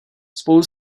spolu